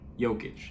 Jokic